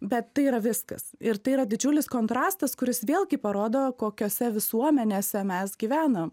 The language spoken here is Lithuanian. bet tai yra viskas ir tai yra didžiulis kontrastas kuris vėlgi parodo kokiose visuomenėse mes gyvename